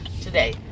today